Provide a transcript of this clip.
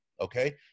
okay